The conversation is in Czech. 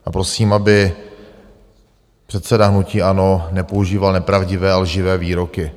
A prosím, aby předseda hnutí ANO nepoužíval nepravdivé a lživé výroky.